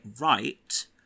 right